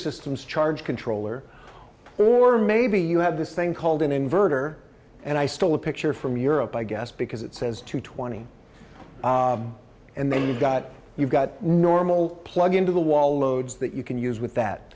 system's charge controller or maybe you have this thing called an inverter and i stole a picture from europe i guess because it says two twenty and then you've got you've got normal plug into the wall loads that you can use with that